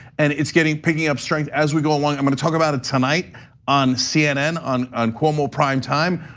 and it's getting, picking up strength as we go along. i'm gonna talk about it tonight on cnn, on on cuomo prime time.